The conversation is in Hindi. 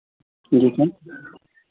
जी सर